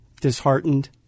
disheartened